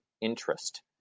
interest